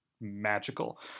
magical